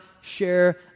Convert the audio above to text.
share